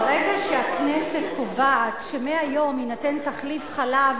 ברגע שהכנסת קובעת שמהיום יינתן תחליף חלב